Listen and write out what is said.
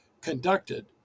conducted